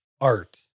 art